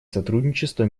сотрудничества